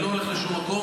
אני לא הולך לשום מקום.